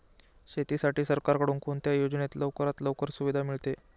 शेतीसाठी सरकारकडून कोणत्या योजनेत लवकरात लवकर सुविधा मिळते?